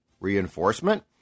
reinforcement